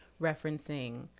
referencing